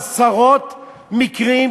עשרות מקרים,